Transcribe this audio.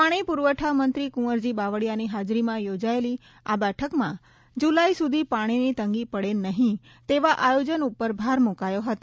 પાણીપુરવઠામંત્રી કુંવરજી બાવળિયાની હાજરીમાં યોજાયેલી આ બેઠકમાં જુલાઇ સુધી પાણીની તંગી પડે નહિં તેવા આયોજન ઉપર ભાર મૂકાયો હતો